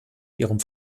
ihrem